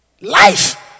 Life